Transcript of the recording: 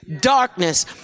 Darkness